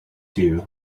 two